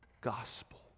gospel